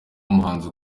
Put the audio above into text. umuhanzi